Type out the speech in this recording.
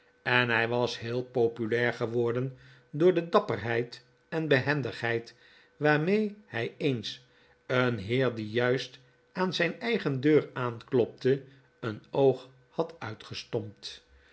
en hij was heel populair geworden door de dapperheid en behendigheid waarmee hij eens een heer die juist aan zijn eigen deur aanklopte een oog had uitgestompt